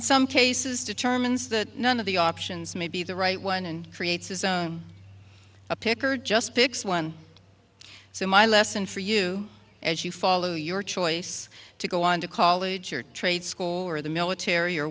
in some cases determines that none of the options may be the right one and creates a picker just picks one so my lesson for you as you follow your choice to go on to college or trade school or the military or